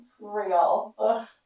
real